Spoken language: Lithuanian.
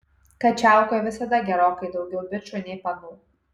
kačialkoj visada gerokai daugiau bičų nei panų